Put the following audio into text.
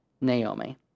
Naomi